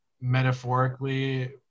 Metaphorically